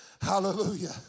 Hallelujah